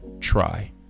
try